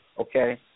okay